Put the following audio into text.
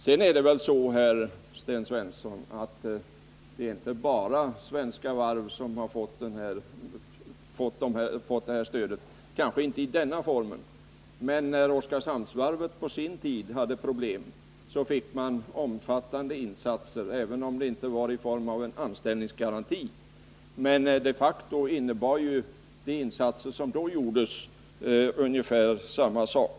Sedan är det så, Sten Svensson, att det inte bara är Svenska Varv som har fått det här stödet. Det har kanske inte alltid givits i samma form. När Oskarshamnsvarvet på sin tid hade problem gjordes omfattande insatser, även om det inte skedde i form av anställningsgaranti. De facto innebar ju de insatser som då gjordes ungefär samma sak.